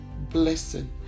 blessing